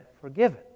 forgiven